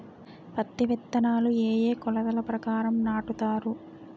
పత్తి విత్తనాలు ఏ ఏ కొలతల ప్రకారం నాటుతారు?